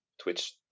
Twitch